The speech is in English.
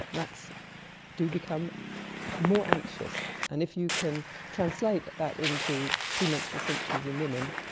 rats do become more anxious. and if you can translate that into premenstrual symptoms in women,